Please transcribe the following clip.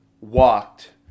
walked